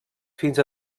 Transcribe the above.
fins